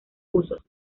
usos